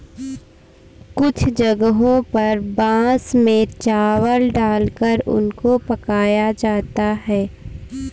कुछ जगहों पर बांस में चावल डालकर उनको पकाया जाता है